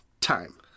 time